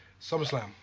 SummerSlam